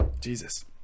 Jesus